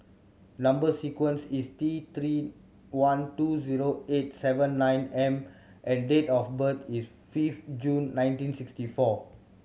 number sequence is T Three one two zero eight seven nine M and date of birth is fifth June nineteen sixty four